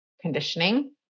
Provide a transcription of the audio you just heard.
conditioning